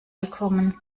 bekommen